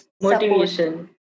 motivation